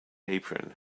apron